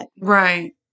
Right